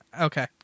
Okay